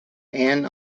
and